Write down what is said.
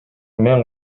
мен